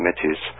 committees